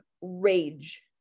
rage